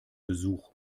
besuch